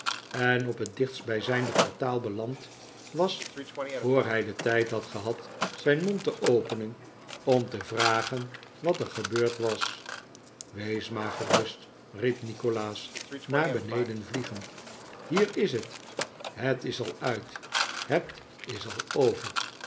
en op het dichtstbijzijnde portaal beland was voor hij den tijd had gehad zijn mond te openen om te vragen wat er gebeurd was wees maar gerust riep nikolaas naar beneden vliegend hier is het het is al uit het is al over